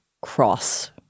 cross